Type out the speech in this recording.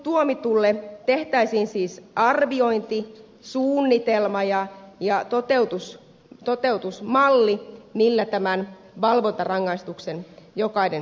tuomitulle tehtäisiin siis arviointisuunnitelma ja toteutusmalli millä tämän valvontarangaistuksen jokainen suorittaisi